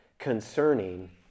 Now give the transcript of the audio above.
Concerning